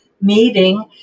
meeting